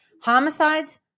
Homicides